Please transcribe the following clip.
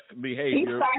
behavior